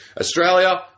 Australia